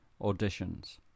auditions